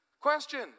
Question